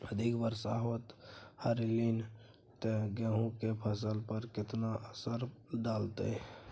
अधिक वर्षा होयत रहलनि ते गेहूँ के फसल पर केतना असर डालतै?